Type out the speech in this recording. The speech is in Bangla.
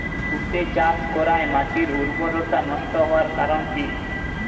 তুতে চাষ করাই মাটির উর্বরতা নষ্ট হওয়ার কারণ কি?